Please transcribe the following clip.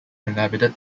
inhabited